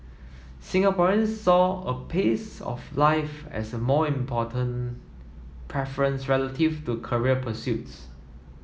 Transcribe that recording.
Singaporeans saw a pace of life as a more important preference relative to career pursuits